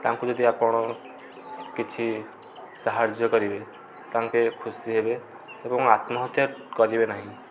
ତାଙ୍କୁ ଯଦି ଆପଣ କିଛି ସାହାଯ୍ୟ କରିବେ ତାଙ୍କେ ଖୁସି ହେବେ ଏବଂ ଆତ୍ମହତ୍ୟା କରିବେ ନାହିଁ